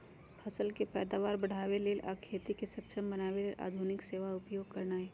फसल के पैदावार बढ़ाबे लेल आ खेती के सक्षम बनावे लेल आधुनिक सेवा उपयोग करनाइ